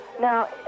now